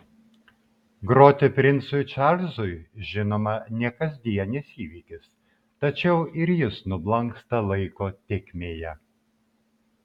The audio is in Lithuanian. groti princui čarlzui žinoma ne kasdienis įvykis tačiau ir jis nublanksta laiko tėkmėje